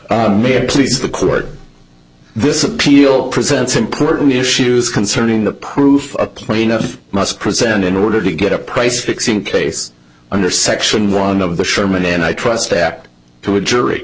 please the court this appeal presents important issues concerning the proof a plaintiff must present in order to get a price fixing case under section one of the sherman antitrust act to a jury